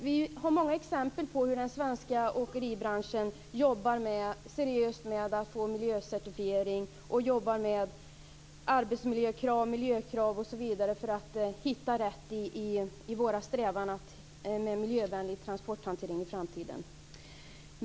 Vi har många exempel på hur den svenska åkeribranschen jobbar seriöst med att få miljöcertifiering och jobbar med arbetsmiljökrav, miljökrav osv. för att hitta rätt i strävan mot en miljövänlig transporthantering i framtiden.